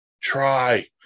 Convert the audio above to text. try